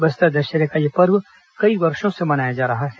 बस्तर दशहरे का यह पर्व कई वर्षो से मनाया जा रहा है